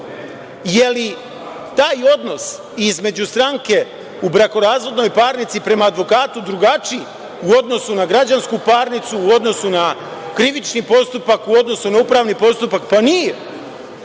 li je taj odnos između stranke u brakorazvodnoj parnici prema advokatu drugačiji u odnosu na građansku parnicu, u odnosu na krivični postupak, u odnosu na upravni postupak? Pa nije,